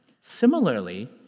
Similarly